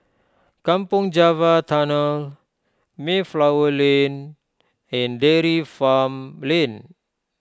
Kampong Java Tunnel Mayflower Lane and Dairy Farm Lane